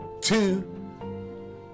Two